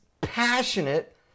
passionate